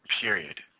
Period